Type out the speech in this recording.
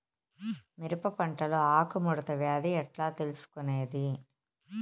మిరప పంటలో ఆకు ముడత వ్యాధి ఎట్లా తెలుసుకొనేది?